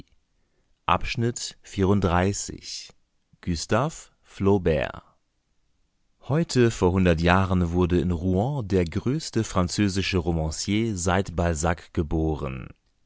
flaubert heute vor hundert jahren wurde in rouen der größte französische romancier seit balzac geboren